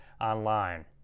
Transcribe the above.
online